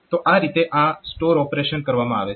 તો આ રીતે આ સ્ટોર ઓપરેશન કરવામાં આવે છે